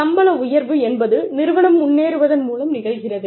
சம்பள உயர்வு என்பது நிறுவனம் முன்னேறுவதன் மூலம் நிகழ்கிறது